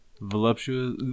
Voluptuous